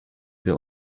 wir